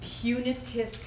punitive